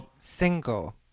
Single